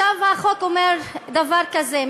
החוק אומר דבר כזה,